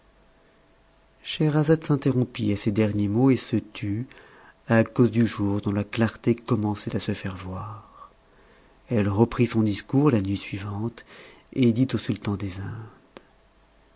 scheherazade s'interrompit à ces derniers mots et se tut à cause du jour dont la clarté commençait à se faire voir elle reprit son discours la mit suivante et dit au sultan des indes